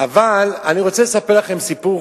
אבל אני רוצה לספר לכם סיפור